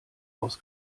aus